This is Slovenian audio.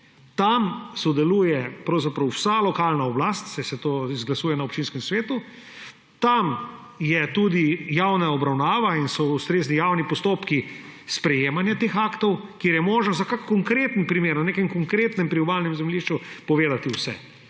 Tam sodeluje pravzaprav vsa lokalna oblast, saj se to izglasuje na občinskem svetu, tam je tudi javna obravnava in so ustrezni javni postopki sprejemanja teh aktov, kjer je možno za kakšen konkreten primer v nekem konkretnem priobalnem zemljišču povedati vse.